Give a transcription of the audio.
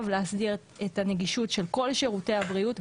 להסדיר את הנגישות של כל שירותי הבריאות,